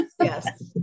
Yes